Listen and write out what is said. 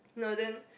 no then